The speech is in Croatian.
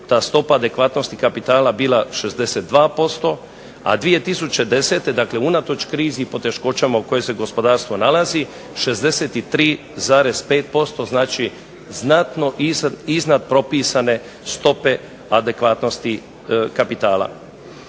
ta stopa adekvatnosti kapitala bila 62%, a 2010. unatoč krizi i poteškoćama u kojima se gospodarstvo nalazi 63,5% znači znatno iznad propisane stope adekvatnosti kapitala.